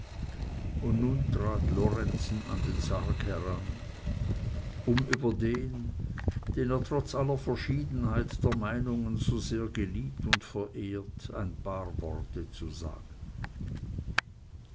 und nun trat lorenzen an den sarg heran um über den den er trotz aller verschiedenheit der meinungen so sehr geliebt und verehrt ein paar worte zu sagen